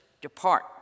depart